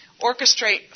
orchestrate